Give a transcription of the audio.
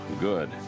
good